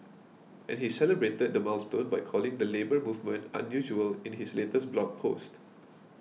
and he celebrated the milestone by calling the Labour Movement unusual in his latest blog post